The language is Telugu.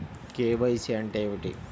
కే.వై.సి అంటే ఏమిటి?